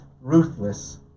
ruthless